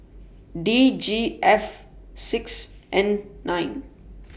D G F six N nine